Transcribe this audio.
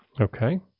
Okay